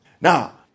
Now